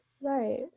Right